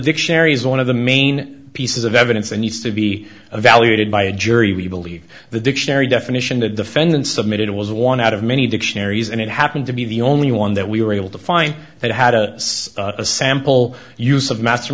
dictionary is one of the main pieces of evidence and used to be evaluated by a jury we believe the dictionary definition the defendant submitted it was one out of many dictionaries and it happened to be the only one that we were able to find that had a sample use of